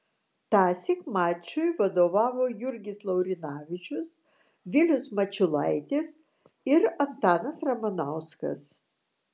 tąsyk mačui vadovavo jurgis laurinavičius vilius mačiulaitis ir antanas ramanauskas